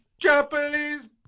Japanese